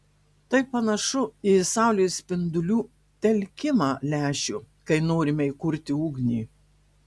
tai panašu į saulės spindulių telkimą lęšiu kai norime įkurti ugnį